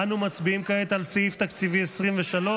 אנו מצביעים כעת על סעיף תקציבי 23,